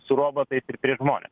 su robotais ir prieš žmones